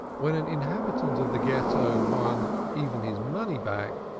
when an inhabitant of the ghetto won even his money back,